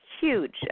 huge